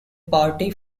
party